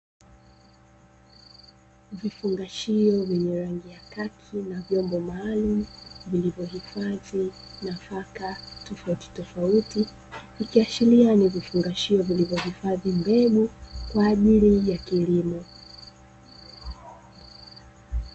Vifungashio vyenye rangi ya kaki na vyombo maalum vilivyo hifadhi nafaka tofauti tofauti, ikiashiria ni vifungashio vilivyo hifadhi mbegu kwaajili ya kilimo.